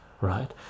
right